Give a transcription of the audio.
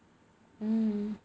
hmm